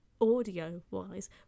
audio-wise